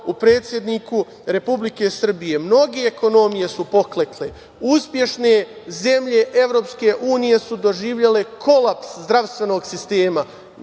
u predsedniku Republike Srbije. Mnoge ekonomije su poklekle, uspešne zemlje EU su doživele kolaps zdravstvenog sistema.